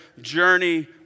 journey